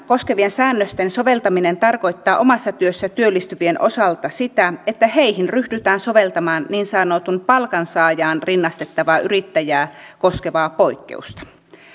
koskevien säännösten soveltaminen tarkoittaa omassa työssä työllistyvien osalta sitä että heihin ryhdytään soveltamaan niin sanottua palkansaajaan rinnastettavaa yrittäjää koskevaa poikkeusta